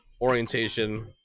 orientation